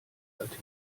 artikel